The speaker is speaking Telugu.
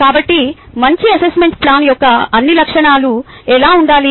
కాబట్టి మంచి అసెస్మెంట్ ప్లాన్ యొక్క అన్ని లక్షణాలు ఎలా ఉండాలి